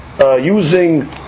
Using